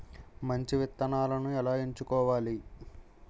మంచి విత్తనాలను ఎలా ఎంచుకోవాలి?